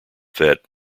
that